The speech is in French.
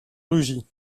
rugy